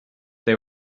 they